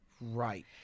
Right